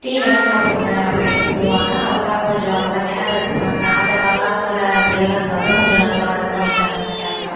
tea எதாது சாப்பிடுங்க அப்படின்னு சொல்லுவாங்க அதெல்லாம் கொஞ்சம் அதெல்லாம் கேர் எடுத்துப்பாங்க அந்த மாதிரிலாம் சில ட்ரைவருங்க வந்து கொஞ்சம் நல்லா இது பண்ணிக்கிறாங்க கேப்லாம்